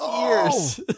years